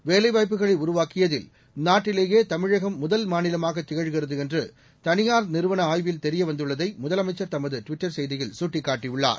வேலைவாய்ப்புகளை உருவாக்கியதில் நாட்டிலேயே தமிழகம் முதல் மாநிலமாக திகழ்கிறது என்று தனியார் நிறுவன ஆய்வில் தெரிய வந்துள்ளதை முதலமைச்சர் தமது ட்விட்டர் செய்தியில் தெரிவித்துள்ளார்